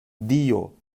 dio